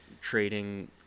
trading